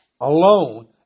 alone